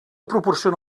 proporciona